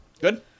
Good